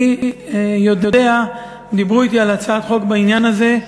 אני יודע, דיברו אתי על הצעת חוק בעניין הזה,